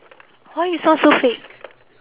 why you sound so fake